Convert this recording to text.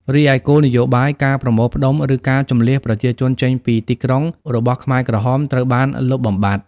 រីឯ គោលនយោបាយ "ការប្រមូលផ្ដុំ" ឬ ការជម្លៀសប្រជាជនចេញពីទីក្រុងរបស់ខ្មែរក្រហមត្រូវបានលុបបំបាត់។